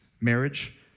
Marriage